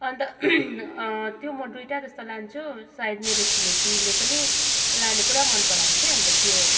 अन्त त्यो म दुईवटा जस्तो लान्छुँ सायद मेरो छिमेकीले पनि लाने पुरा मन परायो कि अन्त त्यो